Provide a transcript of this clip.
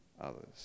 others